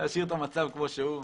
להשאיר את המצב כמו שהוא.